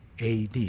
AD